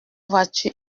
voiture